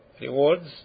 Rewards